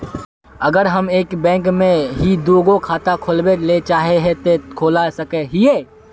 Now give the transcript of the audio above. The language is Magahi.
अगर हम एक बैंक में ही दुगो खाता खोलबे ले चाहे है ते खोला सके हिये?